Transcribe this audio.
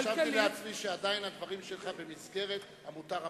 רשמתי לעצמי שעדיין הדברים שלך הם במסגרת המותר הפרלמנטרי.